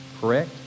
Correct